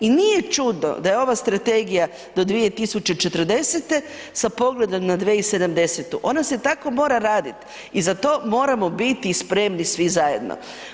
I nije čudo da je ova Strategija do 2040. sa pogledom na 2070., ona se tako mora raditi i za to moramo biti i spremni svi zajedno.